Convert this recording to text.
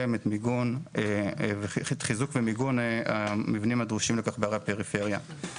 את חיזוק ומיגון המבנים הדרושים לכך בערי הפריפריה.